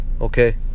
okay